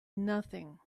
nothing